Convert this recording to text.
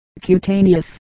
cutaneous